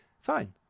fine